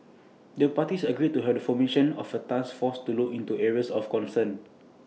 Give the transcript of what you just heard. the parties agreed to heard formation of A task force to look into areas of concern